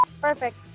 Perfect